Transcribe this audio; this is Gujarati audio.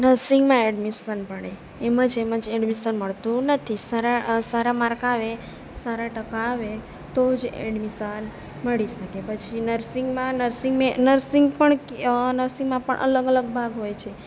નર્સિંગમાં એડમિશન મળે એમ જ એમ જ એમાં એડમિશન મળતું નથી સારા સારા માર્ક આવે સારા ટકા આવે તો જ એડમિશન મળી શકે છે પછી નર્સિંગમાં નર્સિંગ મે નર્સિંગ પણ નર્સિંગમાં પણ અલગ અલગ ભાગ હોય છે